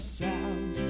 sound